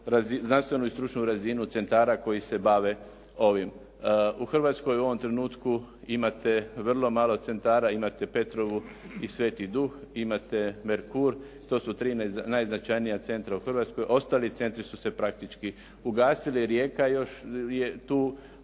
znanstvenu i stručnu razinu centara koji se bave ovim. U Hrvatskoj u ovom trenutku imate vrlo malo centara. Imate "Petrovu" i "Sv. Duh", imate "Merkur". To su tri najznačajnija centra u Hrvatskoj. Ostali centri su se praktički ugasili. "Rijeka" još je tu,